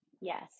Yes